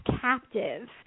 captive